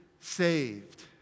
saved